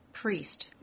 priest